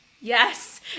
Yes